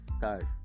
Third